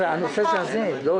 הנושא הזה, לא